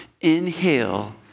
Inhale